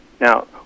Now